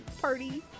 Party